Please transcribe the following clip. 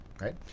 Right